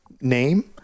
name